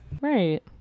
right